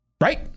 Right